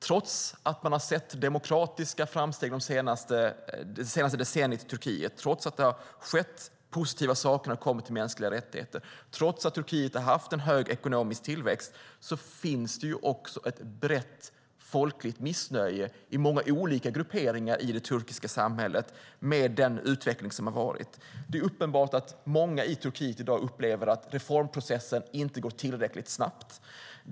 Trots att man har sett demokratiska framsteg det senaste decenniet i Turkiet, trots att det har skett positiva saker när det kommer till mänskliga rättigheter och trots att Turkiet har haft en hög ekonomisk tillväxt finns det ett brett folkligt missnöje i många olika grupperingar i det turkiska samhället med den utveckling som har varit. Det är uppenbart att många i Turkiet i dag upplever att reformprocessen inte går tillräckligt snabbt.